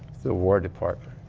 the war department.